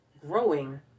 growing